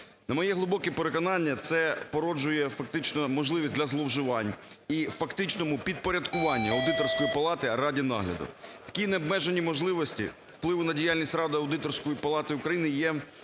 На моє глибоке переконання, це породжує фактично можливість для зловж ивань і фактичному підпорядкуванню Аудиторської палати раді нагляду. Такі необмежені можливості впливу на діяльність ради Аудиторської палати України є